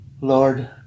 Lord